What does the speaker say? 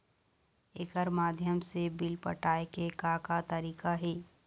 एकर माध्यम से बिल पटाए के का का तरीका हे?